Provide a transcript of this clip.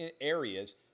areas